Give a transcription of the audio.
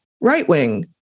right-wing